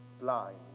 blind